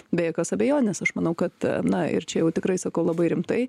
be jokios abejonės aš manau kad na ir čia jau tikrai sakau labai rimtai